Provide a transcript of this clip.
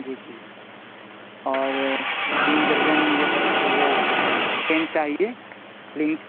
جی جی اور تین درجن جو ہے وہ پین چاہیے لنک